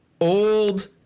old